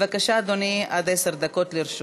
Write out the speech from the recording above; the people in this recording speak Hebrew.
בבקשה, אדוני, עד עשר דקות לרשותך.